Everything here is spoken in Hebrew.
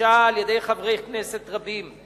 שהוגשה על-ידי חברי כנסת רבים,